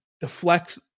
deflect